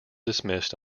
dismissed